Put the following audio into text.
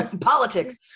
Politics